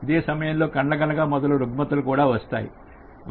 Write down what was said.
ఇదే సమయంలో కండ్లకలక మొదలగు రుగ్మతలు కూడా వస్తాయి